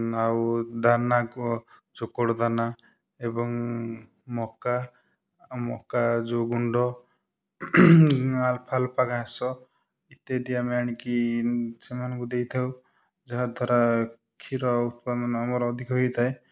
ଆଉ ଦାନା କୁ ଚୋକଡ଼ ଦାନା ଏବଂ ମକା ମକା ଯୋଉ ଗୁଣ୍ଡ ଆଲଫା ଆଲଫା ଘାସ ଇତ୍ୟାଦି ଆମେ ଆଣିକି ସେମାନଙ୍କୁ ଦେଇଥାଉ ଯାହା ଦ୍ୱାରା କ୍ଷୀର ଉତ୍ପାଦନ ଆମର ଅଧିକ ହେଇଥାଏ